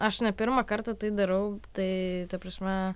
aš ne pirmą kartą tai darau taai ta prasme